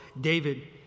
David